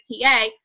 TA